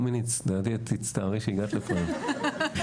דומיניץ, לדעתי את תצטערי שהגעת לפה היום.